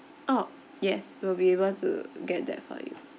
orh yes we'll be able to get that for you